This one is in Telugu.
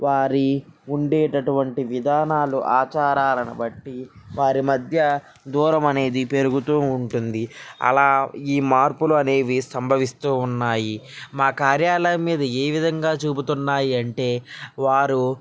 వారి ఉండేటువంటి విధానాలు ఆచారాలను బట్టి వారి మధ్య దూరం అనేది పెరుగుతూ ఉంటుంది అలా ఈ మార్పులు అనేవి సంభవిస్తూ ఉన్నాయి మా కార్యాలయం మీద ఏ విధంగా చూపుతున్నాయి అంటే వారు